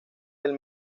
del